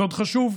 יסוד חשוב,